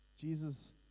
Jesus